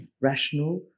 rational